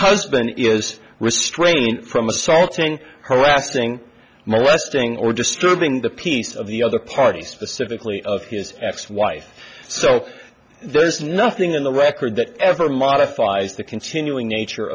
husband is restrained from assaulting her lasting molesting or disturbing the peace of the other party specifically of his ex wife so there is nothing in the record that ever modifies the continuing nature